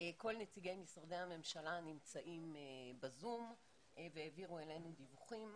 כל נציגי משרדי הממשלה נמצאים בזום והעבירו אלינו דיווחים,